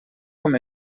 com